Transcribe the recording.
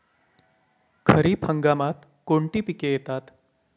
खरीप हंगामात कोणती पिके येतात?